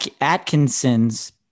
Atkinson's